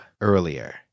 earlier